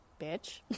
bitch